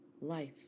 life